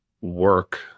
work